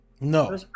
No